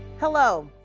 hello,